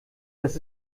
das